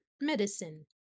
medicine